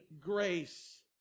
grace